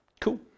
Cool